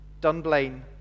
Dunblane